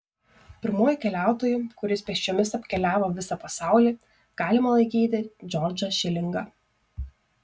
pirmuoju keliautoju kuris pėsčiomis apkeliavo visą pasaulį galima laikyti džordžą šilingą